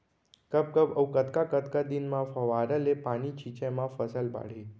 कब कब अऊ कतका कतका दिन म फव्वारा ले पानी छिंचे म फसल बाड़ही?